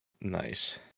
Nice